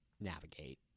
navigate